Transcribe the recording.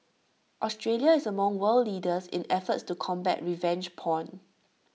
Australia is among world leaders in efforts to combat revenge porn